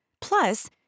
Plus